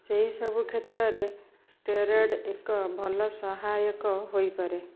ସେହି ସବୁ କ୍ଷେତ୍ରରେ ଷ୍ଟେରଏଡ଼୍ ଏକ ଭଲ ସହାୟକ ହୋଇପାରେ